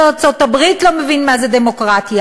ארצות-הברית לא מבין מה זו דמוקרטיה,